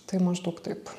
tai maždaug taip